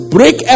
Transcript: Break